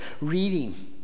reading